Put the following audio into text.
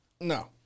No